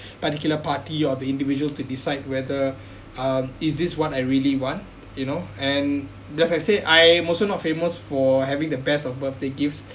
particular party or the individuals to decide whether um is this what I really want you know and just I say I'm also not famous for having the best of birthday gifts